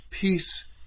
Peace